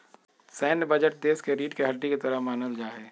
सैन्य बजट देश के रीढ़ के हड्डी के तरह मानल जा हई